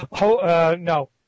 No